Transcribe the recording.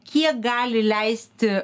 kiek gali leisti